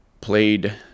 played